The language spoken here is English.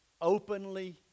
openly